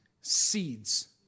Seeds